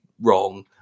wrong